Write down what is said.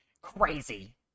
crazy